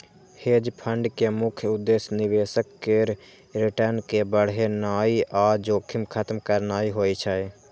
hedge fund के मुख्य उद्देश्य निवेशक केर रिटर्न कें बढ़ेनाइ आ जोखिम खत्म करनाइ होइ छै